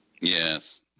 Yes